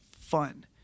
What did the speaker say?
fun